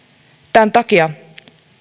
tämän takia